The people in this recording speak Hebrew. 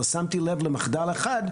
אבל שמתי לב למחדל אחד,